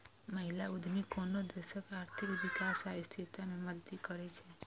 महिला उद्यमी कोनो देशक आर्थिक विकास आ स्थिरता मे मदति करै छै